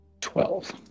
twelve